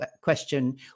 question